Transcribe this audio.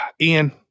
Ian